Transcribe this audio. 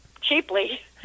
cheaply